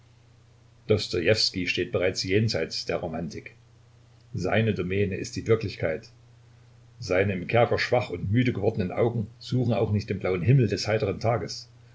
dostojewski steht bereits jenseits der romantik seine domäne ist die wirklichkeit seine im kerker schwach und müde gewordenen augen suchen auch nicht den blauen himmel des heiteren tages